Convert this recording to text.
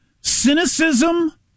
cynicism